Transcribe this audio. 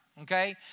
Okay